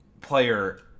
player